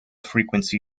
frequency